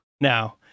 now